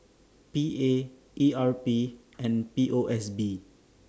P A E R P and P O S B